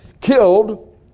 killed